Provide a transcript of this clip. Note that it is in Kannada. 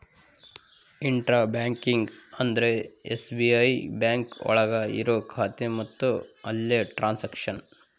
ಇಂಟ್ರ ಬ್ಯಾಂಕಿಂಗ್ ಅಂದ್ರೆ ಎಸ್.ಬಿ.ಐ ಬ್ಯಾಂಕ್ ಒಳಗ ಇರೋ ಖಾತೆ ಮತ್ತು ಅಲ್ಲೇ ಟ್ರನ್ಸ್ಯಾಕ್ಷನ್